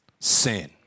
sin